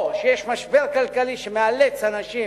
או שיש משבר כלכלי שמאלץ אנשים